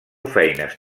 feines